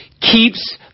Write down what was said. keeps